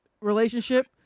relationship